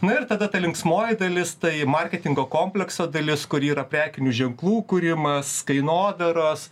na ir tada ta linksmoji dalis tai marketingo komplekso dalis kuri yra prekinių ženklų kūrimas kainodaros